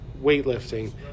weightlifting